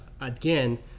again